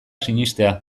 sinestea